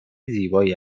زیبایی